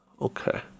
Okay